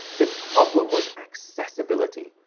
the problem was accessibility.